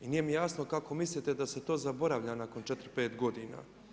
I nije mi jasno kako mislite da se to zaboravlja nakon 4, 5 godina.